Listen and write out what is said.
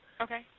Okay